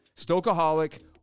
Stokeaholic